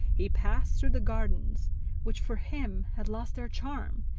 he passed through the gardens which for him had lost their charm,